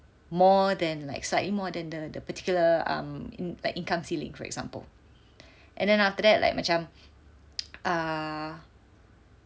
more than like slightly more than the the particular um in~ like income ceiling for example and then after that like macam err